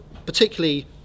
Particularly